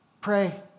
Pray